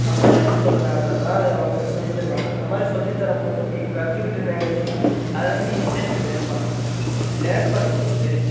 பதில் சொல்லலான்கிறதுலாம் அவங்க சொல்லி தருவாங்க அந்த மாதிரி சொல்லி தரும்போது நீங்கள் கற்றுக்கிட்ட வச்சிங்க அதுலேருந்து ஈஸியாக நீங்கள் லேர்ன் பண்ணலாம் அப்படி லேர்ன் பண்ணும்போது